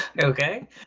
Okay